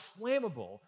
flammable